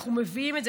אנחנו מביאים את זה,